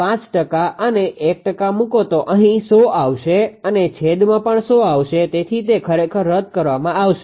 5 ટકા અને 1 ટકા મૂકો તો અહી 100 આવશે અને છેદમાં પણ 100 આવશે તેથી તે ખરેખર રદ કરવામાં આવશે